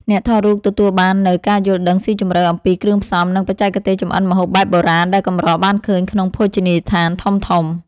អ្នកថតរូបទទួលបាននូវការយល់ដឹងស៊ីជម្រៅអំពីគ្រឿងផ្សំ និងបច្ចេកទេសចម្អិនម្ហូបបែបបុរាណដែលកម្របានឃើញក្នុងភោជនីយដ្ឋានធំៗ។